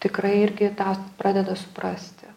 tikrai kai tą pradeda suprasti